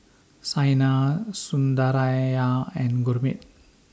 Saina Sundaraiah and Gurmeet